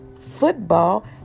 Football